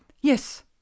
yes